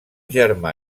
germà